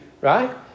right